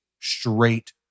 straight